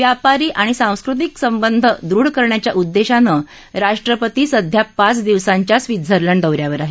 व्यापारी आणि सांस्कृतिक संबंध दृढ करण्याच्या उद्देशानं राष्ट्रपती सध्या पाच दिवसांच्या स्वित्झर्लंड दौ यावर आहेत